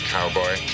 Cowboy